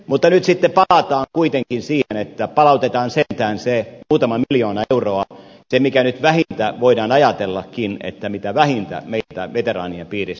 mutta nyt sitten palataan kuitenkin siihen että palautetaan sentään se muutama miljoona euroa se mikä nyt vähintään voidaan ajatellakin mitä vähintä meiltä veteraanien piirissä odotetaan